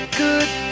good